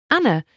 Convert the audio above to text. Anna